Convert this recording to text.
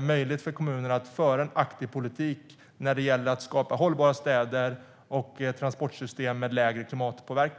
möjligt för kommunerna att föra en aktiv politik när det gäller att skapa hållbara städer och transportsystem med lägre klimatpåverkan.